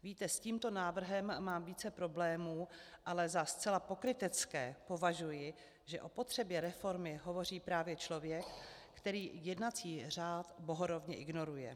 Víte, s tímto návrhem mám více problémů, ale za zcela pokrytecké považuji, že o potřebě reformy hovoří právě člověk, který jednací řád bohorovně ignoruje.